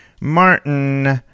Martin